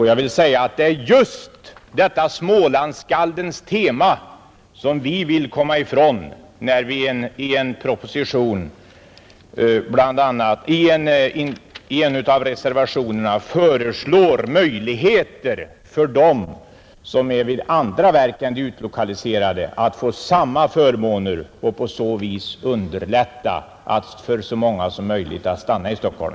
Jag vill också säga att det just är denne Smålandsförfattares tema som vi vill komma ifrån, när vi i en av reservationerna föreslår att de som är anställda vid andra verk än de nu utlokaliserade skall få samma förmåner och att vi på det sättet underlättar för så många som möjligt att stanna kvar i Stockholm.